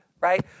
right